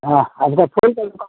हाँ हमको फोन करना